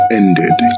ended